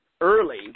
early